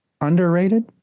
underrated